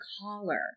collar